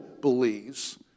believes